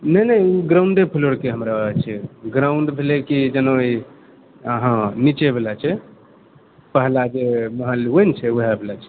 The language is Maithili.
नहि नहि ओ ग्राउंडे फ़्लोरके हमरा छै ग्राउंड भेलए की जेना ई हँ नीचे वला छै पहला जे महल होए छै ने ओएह वला छै